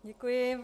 Děkuji.